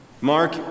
Mark